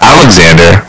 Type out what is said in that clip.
Alexander